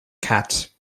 cat